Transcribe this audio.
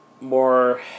more